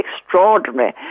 extraordinary